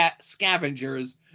scavengers